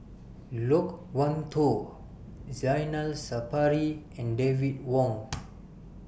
Loke Wan Tho Zainal Sapari and David Wong